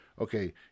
okay